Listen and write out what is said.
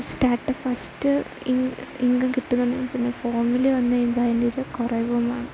start first income കിട്ടുന്നുണ്ട് പിന്നെ ഫോമിൽ വന്നു കഴിഞ്ഞാൽ അതിൻ്റെ കുറവുമാണ്